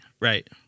right